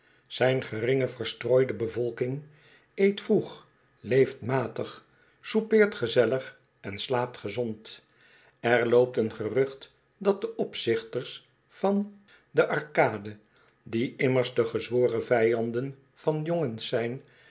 zijn geringe verstrooide bevolking eet vroeg leeft matig soupeert gezellig en slaapt gezond er loopt een gerucht dat de opzichters van den arcade die immers de gezworen vijanden van jongens zijn